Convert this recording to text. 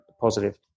positive